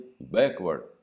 backward